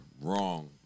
wrong